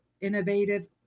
innovative